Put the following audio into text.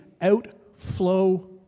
outflow